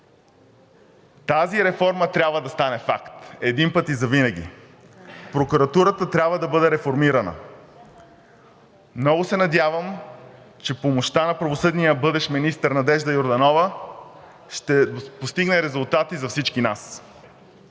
Тази реформа трябва да стане факт един път и завинаги. Прокуратурата трябва да бъде реформирана. Много се надявам, че помощта на правосъдния бъдещ министър Надежда Йорданова ще постигне резултати за всички нас.